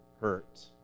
hurt